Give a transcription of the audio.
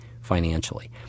financially